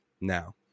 now